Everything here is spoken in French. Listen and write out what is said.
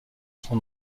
son